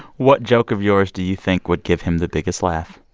what joke of yours do you think would give him the biggest laugh?